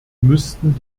müssten